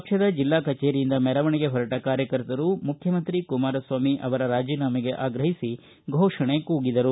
ಪಕ್ಷದ ಜಿಲ್ಲಾ ಕಚೇರಿಯಿಂದ ಮೆರವಣಿಗೆ ಹೊರಟ ಕಾರ್ಯಕರ್ತರು ಮುಖ್ಯಮಂತ್ರಿ ಕುಮಾರಸ್ವಾಮಿ ಅವರ ರಾಜೀನಾಮೆಗೆ ಆಗ್ರಹಿಸಿ ಘೋಷಣೆ ಕೂಗಿದರು